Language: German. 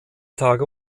tage